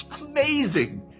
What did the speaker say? amazing